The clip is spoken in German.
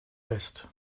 west